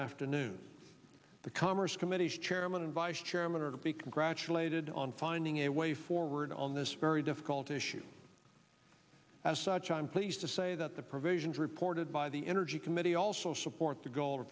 afternoon the commerce committee chairman and vice chairman are to be congratulated on finding a way forward on this very difficult issue as such i'm pleased to say that the provisions reported by the energy committee also support the goal